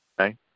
Okay